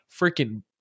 freaking